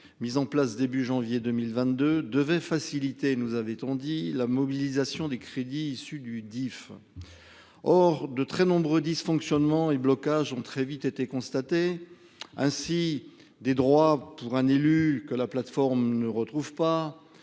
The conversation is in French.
mise en place début janvier 2022 devait faciliter la mobilisation des crédits issus du Dife. Or de très nombreux dysfonctionnements et blocages ont été constatés : droits pour un élu que la plateforme ne retrouve pas,